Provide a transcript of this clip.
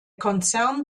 konzern